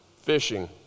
Fishing